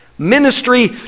Ministry